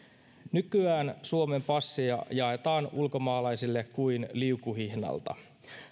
nykyään suomen passeja jaetaan ulkomaalaisille kuin liukuhihnalta